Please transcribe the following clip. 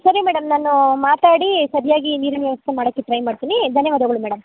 ಸರಿ ಮೇಡಮ್ ನಾನು ಮಾತಾಡಿ ಸರಿಯಾಗಿ ನೀರಿನ ವ್ಯವಸ್ಥೆ ಮಾಡೋಕ್ಕೆ ಟ್ರೈ ಮಾಡ್ತೀನಿ ಧನ್ಯವಾದಗಳು ಮೇಡಮ್